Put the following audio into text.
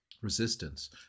resistance